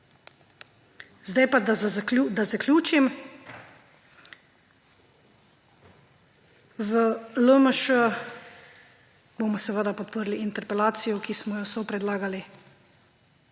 Naj zaključim. V LMŠ bomo seveda podprli interpelacijo, ki smo jo sopredlagali,